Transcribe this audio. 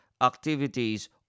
activities